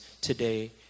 today